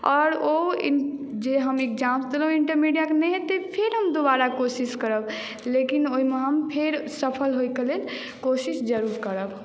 आओर ओ जे हम एग्जाम देलहुॅं इन्टरमीडिया के नहि हेतै तऽ फेर हम दुबारा कोशिश करब लेकिन ओहि मे हम फेर सफल होइ के लेल कोशिश जरुर करब